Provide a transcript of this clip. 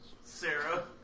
Sarah